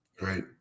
right